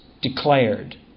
declared